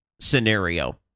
scenario